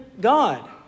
God